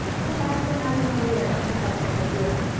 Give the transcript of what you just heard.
sometimes they're not even aware that that's what they're doing,